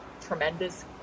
tremendous